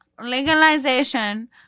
legalization